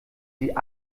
sie